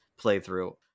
playthrough